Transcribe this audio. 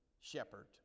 shepherd